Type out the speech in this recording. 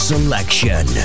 Selection